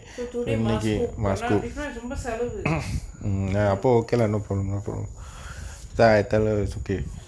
so today must cook cannot difference ரொம்ப செலவு:romba selavu mm